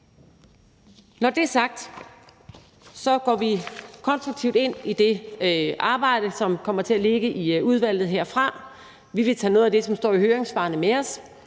Når det er sagt, går vi konstruktivt ind i det arbejde, som kommer til at ligge i udvalget herfra. Vi vil tage noget af det, der står i høringssvarene, med os,